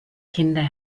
kinder